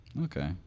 Okay